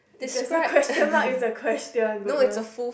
if there's a question mark it's a question goodness